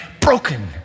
broken